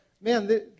man